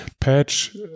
patch